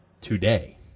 today